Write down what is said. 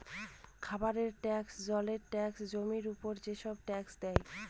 খাবারের ট্যাক্স, জলের ট্যাক্স, জমির উপর যেসব ট্যাক্স দেয়